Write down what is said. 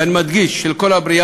ואני מדגיש: של כל הבריאה,